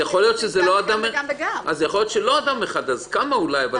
יכול להיות שזה לא אדם אחד, זה כמה.